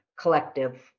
collective